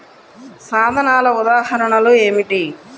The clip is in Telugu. సాధనాల ఉదాహరణలు ఏమిటీ?